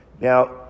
Now